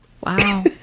Wow